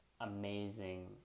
Amazing